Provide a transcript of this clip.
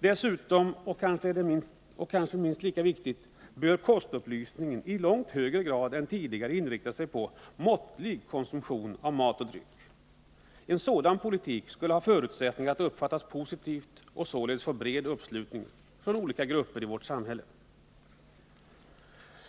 Dessutom — och kanske är det minst lika viktigt — bör kostupplysning i långt högre grad än tidigare inrikta sig på måttlig konsumtion av såväl mat som dryck. En sådan politik skulle ha förutsättningar att uppfattas positivt och således få bred anslutning från olika grupper i vårt samhälle.